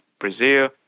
Brazil